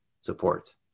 support